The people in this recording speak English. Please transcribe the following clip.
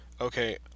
okay